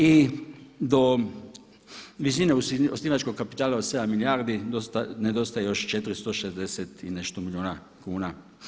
I do visine osnivačkog kapitala od 7 milijardi nedostaje još 460 i nešto milijuna kuna.